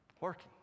Working